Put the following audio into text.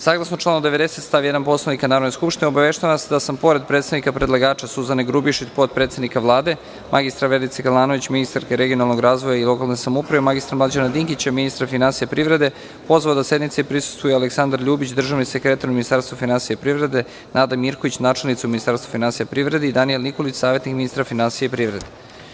Saglasno članu 90. stav 1. Poslovnika Narodne skupštine obaveštavam vas da sam pored predstavnika predlagača Suzane Grubješić, potpredsednika Vlade, mr. Verice Kalanović, ministarke regionalnog razvoja i lokalne samouprave, mr. Mlađana Dinkića, ministra finansija i privrede, pozvao da sednici prisustvujuAleksandar Ljubić, državni sekretar u Ministarstvu finansija i privrede, Nada Mirković, načelnica u Ministarstvu finansija i privrede i Danijel Nikolić, savetnik ministra finansija i privrede.